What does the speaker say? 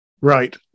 right